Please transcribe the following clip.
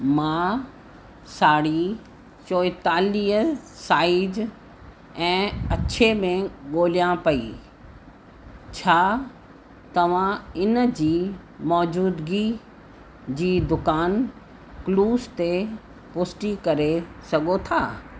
मां साड़ी चोएतालीह साइज ऐं अछे में ॻोल्हियां पई छा तव्हां इन जी मौजूदगी जी दुकान क्लूज़ ते पुष्टि करे सघो था